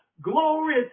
Glory